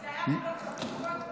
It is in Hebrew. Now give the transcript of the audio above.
כי זה היה אמור להיות חמש דקות --- יש